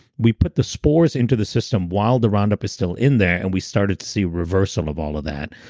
we put the spores into the system while the roundup is still in there and we started to see reversal of all of that.